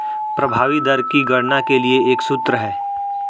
प्रभावी दर की गणना के लिए एक सूत्र है